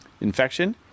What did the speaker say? infection